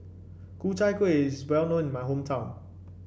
Ku Chai Kueh is well known in my hometown